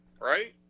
Right